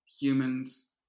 humans